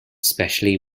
specially